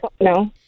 no